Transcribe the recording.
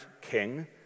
king